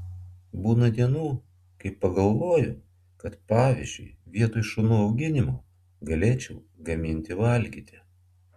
būna dienų kai pagalvoju kad pavyzdžiui vietoj šunų auginimo galėčiau gaminti valgyti